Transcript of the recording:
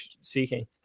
seeking